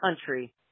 country